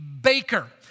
baker